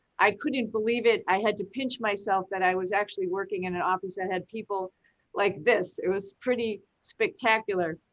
i couldn't believe it, i had to pinch myself that i was actually working in an office that had people like this, it was pretty spectacular.